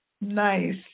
Nice